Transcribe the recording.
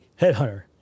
Headhunter